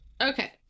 Okay